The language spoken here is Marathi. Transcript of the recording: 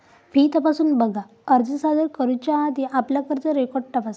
फी तपासून बघा, अर्ज सादर करुच्या आधी आपला कर्ज रेकॉर्ड तपासा